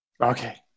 Okay